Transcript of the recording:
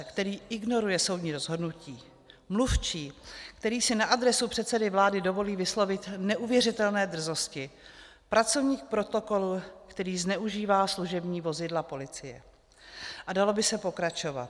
Kancléř, který ignoruje soudní rozhodnutí, mluvčí, který si na adresu předsedy vlády dovolí vyslovit neuvěřitelné drzosti, pracovník protokolu, který zneužívá služební vozidla policie, a dalo by se pokračovat.